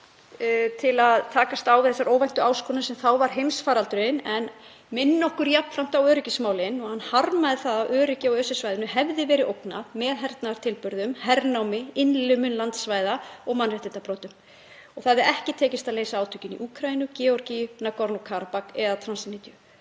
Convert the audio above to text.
til að takast á við þá óvæntu áskorun sem þá var heimsfaraldurinn en jafnframt minna okkur á öryggismálin. Hann harmaði það að öryggi á ÖSE-svæðinu hefði verið ógnað með hernaðartilburðum, hernámi, innlimun landsvæða og mannréttindabrotum. Það hefði ekki tekist að leysa átökin í Úkraínu, Georgíu, Nagornó-Karabak eða Transnistriu,